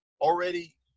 already